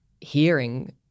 hearing